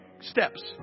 steps